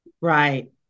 Right